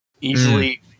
Easily